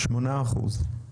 8%?